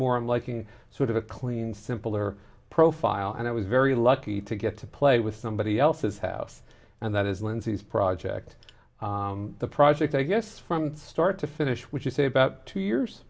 more i'm liking sort of a clean simpler profile and i was very lucky to get to play with somebody else's house and that is wednesday's project the project i guess from start to finish which you say about two years